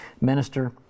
minister